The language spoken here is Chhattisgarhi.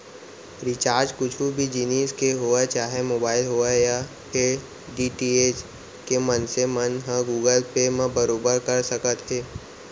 रिचार्ज कुछु भी जिनिस के होवय चाहे मोबाइल होवय या फेर डी.टी.एच के मनसे मन ह गुगल पे म बरोबर कर सकत हे